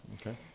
okay